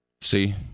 See